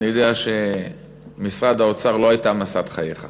אבל אני יודע שמשרד האוצר לא היה משאת חייך.